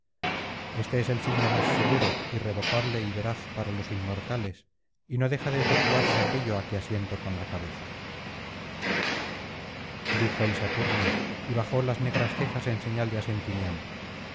este es el signo más seguro irrevocable y veraz para los inmortales y no deja de efectuarse aquello á que asiento con la cabeza dijo el saturnio y bajó las negras cejas en señal de asentimiento